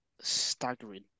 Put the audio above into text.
staggering